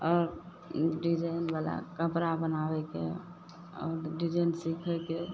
आओर डिजाइनवला कपड़ा बनाबयके आओर डिजाइन सीखयके